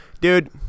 dude